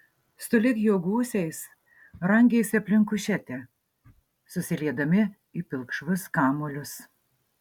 sulig jo gūsiais rangėsi aplink kušetę susiliedami į pilkšvus kamuolius